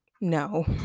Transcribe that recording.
No